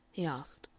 he asked.